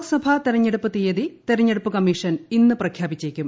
ലോക്സഭാ തെരഞ്ഞെടുപ്പ് തീയതി തെരഞ്ഞെടുപ്പ് കമ്മീഷൻ ഇന്ന് പ്രഖ്യാപിച്ചേക്കും